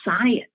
science